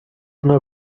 una